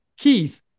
Keith